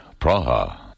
Praha